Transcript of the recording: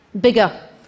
Bigger